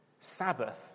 Sabbath